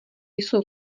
jsou